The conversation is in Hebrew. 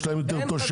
יש להן יותר תושבים.